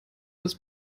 dass